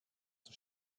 der